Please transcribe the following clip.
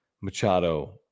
Machado